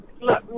look